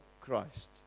Christ